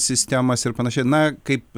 sistemas ir panašiai na kaip